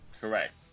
Correct